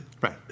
Right